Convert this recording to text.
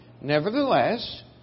Nevertheless